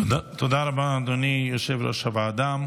תודה רבה, אדוני, יושב-ראש הוועדה.